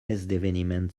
esdeveniment